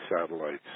satellites